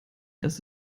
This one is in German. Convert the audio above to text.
das